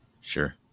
Sure